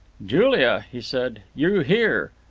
julia, he said, you here!